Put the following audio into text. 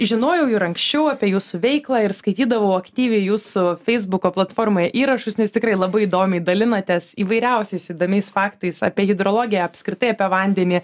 žinojau ir anksčiau apie jūsų veiklą ir skaitydavau aktyviai jūsų feisbuko platformoje įrašus nes tikrai labai įdomiai dalinatės įvairiausiais įdomiais faktais apie hidrologiją apskritai apie vandenį